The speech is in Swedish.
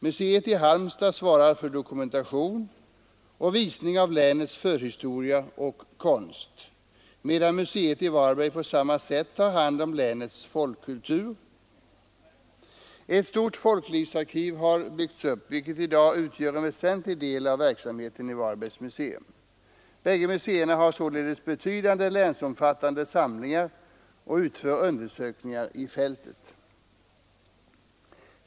Museet i Halmstad svarar för dokumentation och visning av länets förhistoria och konst, medan museet i Varberg på samma sätt tar hand om länets folkkultur. Ett stort folklivsarkiv har också byggts upp, vilket i dag utgör en väsentlig del av verksamheten i Varbergs museum. Bägge museerna har således betydande länsomfattande samlingar och utför undersökningar på fältet.